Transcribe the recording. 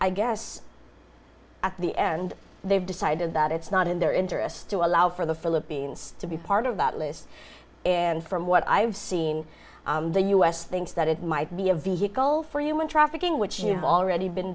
i guess at the end they've decided that it's not in their interests to allow for the philippines to be part of that list and from what i've seen the u s thinks that it might be a vehicle for human trafficking which you've already been